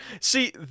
See